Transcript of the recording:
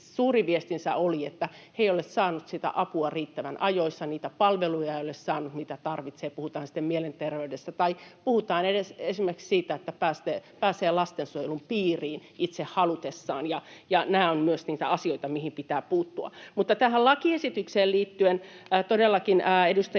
suurin viestinsä oli, että he eivät ole saaneet sitä apua riittävän ajoissa, ei ole saanut niitä palveluja, mitä tarvitsee — puhutaan sitten mielenterveydestä tai puhutaan esimerkiksi siitä, että pääsee lastensuojelun piiriin itse halutessaan, ja nämä ovat myös niitä asioita, mihin pitää puuttua. Mutta tähän lakiesitykseen liittyen todellakin edustaja